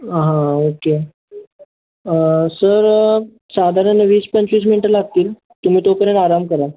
हां okay sir साधारण वीस पंचवीस मिनटं लागतील तुम्ही तोपर्यंत आराम करा